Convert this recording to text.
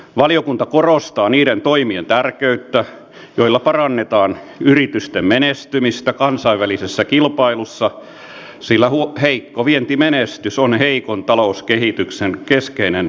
valiokunta korostaa niiden toimien tärkeyttä joilla parannetaan yritysten menestymistä kansainvälisessä kilpailussa sillä heikko vientimenestys on heikon talouskehityksen keskeinen taustatekijä